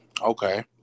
Okay